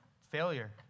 failure